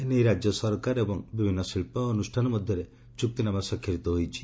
ଏ ନେଇ ରାଜ୍ୟ ସରକାର ଏବଂ ବିଭିନ୍ନ ଶି ୍ ଅନୁଷ୍ଠାନ ମଧ୍ଧରେ ଚୁକ୍ତିନାମା ସ୍ୱାକ୍ଷରିତ ହୋଇଛି